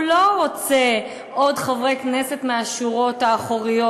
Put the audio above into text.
הוא לא רוצה עוד חברי כנסת מהשורות האחוריות,